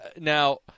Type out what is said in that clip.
Now